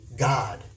God